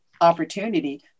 opportunity